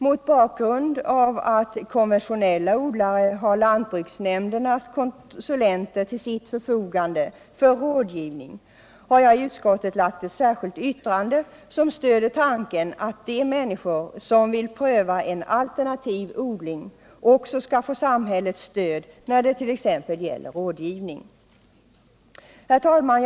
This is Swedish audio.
Mot bakgrund av att konventionella odlare har lantbruksnämndernas konsulter till sitt förfogande för rådgivning har jag i utskottet avgivit ett särskilt yttrande, som stöder tanken att de människor som vill pröva en alternativ odling också skall få samhällets stöd när det gäller t.ex. rådgivning. Herr talman!